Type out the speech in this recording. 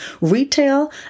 retail